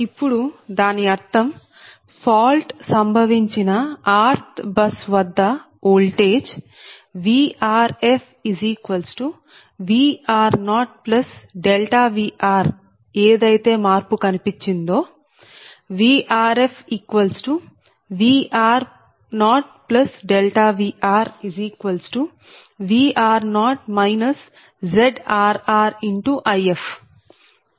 ఇప్పుడు దాని అర్థం ఫాల్ట్ సంభవించిన rth బస్ వద్ద ఓల్టేజ్ VrfVr0Vr ఏదైతే మార్పు కనిపించిందో VrfVr0VrVr0 ZrrIf